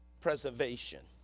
preservation